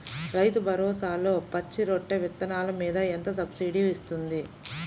రైతు భరోసాలో పచ్చి రొట్టె విత్తనాలు మీద ఎంత సబ్సిడీ ఇస్తుంది?